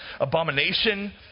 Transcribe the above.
abomination